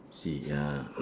see ya